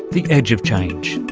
the edge of change.